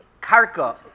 karka